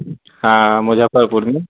हँ मुजफ्फरपुरमे